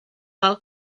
fel